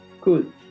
cool